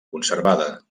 conservada